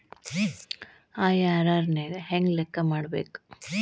IRR ನ ಹೆಂಗ ಲೆಕ್ಕ ಮಾಡಬೇಕ?